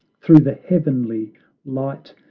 through the heavenly light,